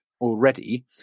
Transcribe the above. already